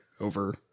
over